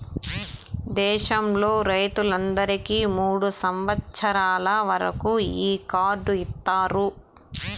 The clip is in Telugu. దేశంలో రైతులందరికీ మూడు సంవచ్చరాల వరకు ఈ కార్డు ఇత్తారు